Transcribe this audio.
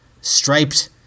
Striped